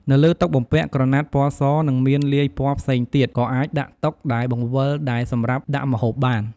នៅលើតុបំពាក់ក្រណាត់ពណ៌ស និងមានលាយពណ៌ផ្សេងទៀត ក៏អាចដាក់តុដែលបង្វិលដែលសម្រាប់ដាក់ម្ហូបបាន។